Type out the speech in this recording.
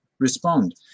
Respond